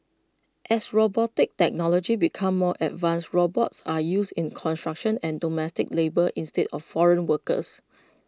as robotic technology becomes more advanced robots are used in construction and domestic labour instead of foreign workers